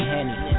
Henny